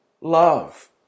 love